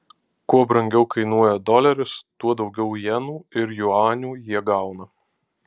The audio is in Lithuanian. kuo brangiau kainuoja doleris tuo daugiau jenų ir juanių jie gauna